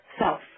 self